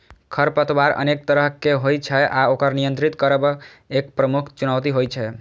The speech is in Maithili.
खरपतवार अनेक तरहक होइ छै आ ओकर नियंत्रित करब एक प्रमुख चुनौती होइ छै